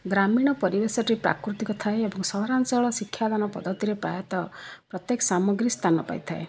ଗ୍ରାମୀଣ ପରିବେଶଟି ପ୍ରାକୃତିକ ଥାଏ ଏବଂ ସହରାଞ୍ଚଳ ଶିକ୍ଷାଦାନ ପଦ୍ଧତିରେ ପ୍ରାୟତଃ ପ୍ରତ୍ୟେକ ସାମଗ୍ରୀ ସ୍ଥାନ ପାଇଥାଏ